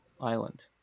island